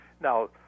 Now